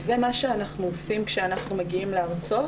זה מה שאנחנו עושים כשאנחנו מגיעים להרצות.